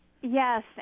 Yes